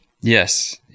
Yes